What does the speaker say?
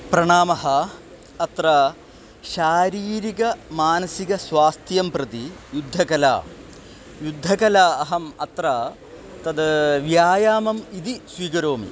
प्रणामः अत्र शारीरिकं मानसिकं स्वास्थ्यं प्रति युद्धकला युद्धकला अहम् अत्र तद् व्यायामम् इति स्वीकरोमि